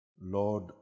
Lord